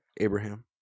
Abraham